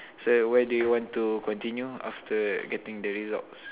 so where do you want to continue after getting the results